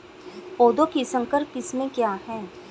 पौधों की संकर किस्में क्या हैं?